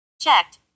Checked